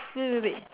wait wait wait